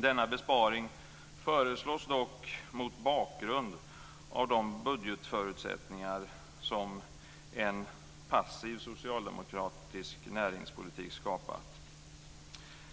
Denna besparing föreslås dock mot bakgrund av de budgetförutsättningar som en passiv socialdemokratisk näringspolitik skapat.